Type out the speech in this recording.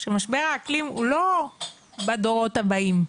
שמשבר האקלים הוא לא בדורות הבאים,